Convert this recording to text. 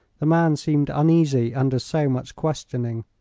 the man seemed uneasy under so much questioning.